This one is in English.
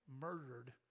murdered